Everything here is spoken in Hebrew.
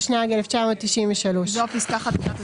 התשנ"ג 1993. זו פסקה חדשה.